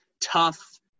tough